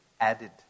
added